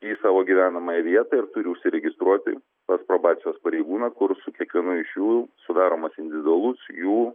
į savo gyvenamąją vietą ir turi užsiregistruoti pas probacijos pareigūną kur su kiekvienu iš jų sudaromas individualus jų